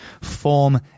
form